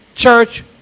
Church